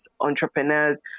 entrepreneurs